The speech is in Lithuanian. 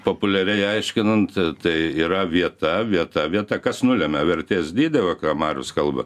populiariai aiškinant tai yra vieta vieta vieta kas nulemia vertės dydį va ką marius kalba